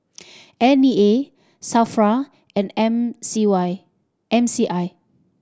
N E A SAFRA and M C Y M C I